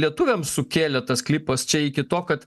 lietuviams sukėlė tas klipas čia iki to kad